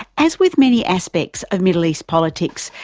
as with many aspects of middle east politics,